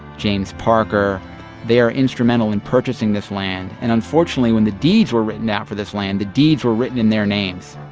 james parker they are instrumental in purchasing this land. and unfortunately, when the deeds were written out for this land, the deeds were written in their names.